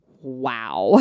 wow